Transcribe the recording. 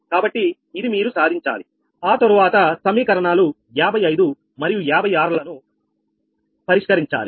కాబట్టి ఇది మీరు సాధించాలి ఆ తరువాత సమీకరణాలు 55 మరియు 56 లను పరిష్కరించాలి